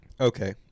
Okay